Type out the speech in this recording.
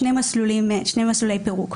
שני מסלולי פירוק.